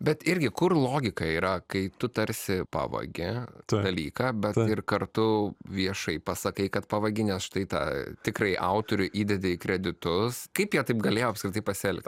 bet irgi kur logika yra kai tu tarsi pavagi tą dalyką bet ir kartu viešai pasakai kad pavadinęs štai tą tikrai autoriui įdedi kreditus kaip jie taip galėjo apskritai pasielgti